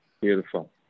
beautiful